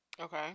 Okay